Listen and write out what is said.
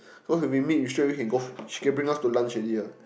because when we meet we straight away can go she can bring us to lunch already ah